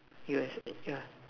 U_S_A yeah